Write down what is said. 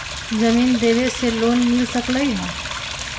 जमीन देवे से लोन मिल सकलइ ह?